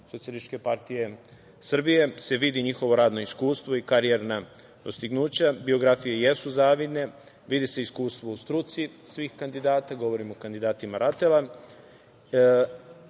poslaničke grupe SPS, se vidi njihovo radno iskustvo i karijerna dostignuća. Biografije jesu zavidne, vidi se iskustvo u struci svih kandidata, govorim o kandidatima RATEL-a,